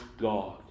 God